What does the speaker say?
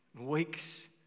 weeks